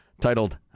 titled